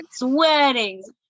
weddings